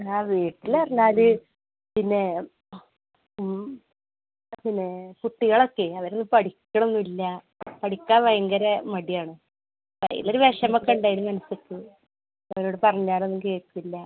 ആ വീട്ടിൽ അറിഞ്ഞാൽ പിന്നെ പിന്നെ കുട്ടികൾ ഒക്കെ അവർ പഠിക്കണൊന്നുമില്ല പഠിക്കാൻ ഭയങ്കര മടിയാണ് അതിലൊരു വിഷമമൊക്കെ ഉണ്ടായിരുന്നു എനിക്കപ്പോൾ അവരോട് പറഞ്ഞാൽ ഒന്നും കേൾക്കില്ല